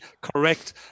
correct